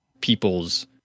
people's